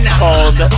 called